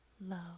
love